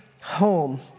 home